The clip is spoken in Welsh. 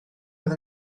oedd